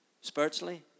spiritually